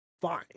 fine